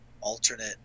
alternate